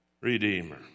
redeemer